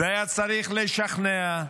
והיה צריך לשכנע,